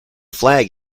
flag